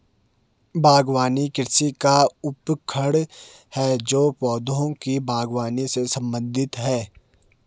बागवानी कृषि का उपखंड है जो पौधों की बागवानी से संबंधित है